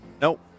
Nope